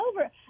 over